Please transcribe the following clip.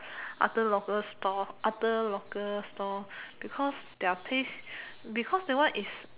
other local stall other local stall because their taste because that one is